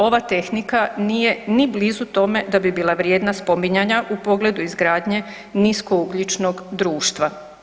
Ova tehnika nije ni blizu tome da bi bila vrijedna spominjanja u pogledu izgradnje niskougljičnog društva.